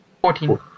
Fourteen